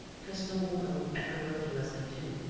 because no woman will ever love you as i do.